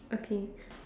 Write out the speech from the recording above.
okay